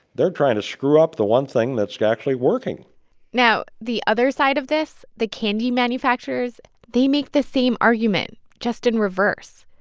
they're trying to screw up the one thing that's actually working now, the other side of this, the candy manufacturers they make the same argument, just in reverse.